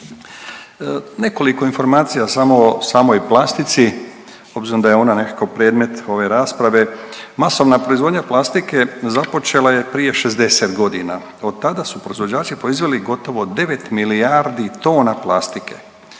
Nekoliko informacija samo o samoj plastici obzirom da je ona nekako predmet ove rasprave. Masovna proizvodnja plastike započela je prije 60 godina. Od tada su proizvođači proizveli gotovo 9 milijardi tona plastike.